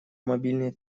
мобильный